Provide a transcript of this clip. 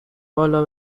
بالا